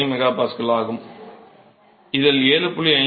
5 MPa ஆகும் இதில் 7